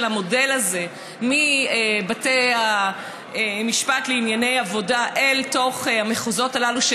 המודל הזה מבתי המשפט לענייני עבודה אל תוך המחוזות הללו,